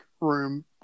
room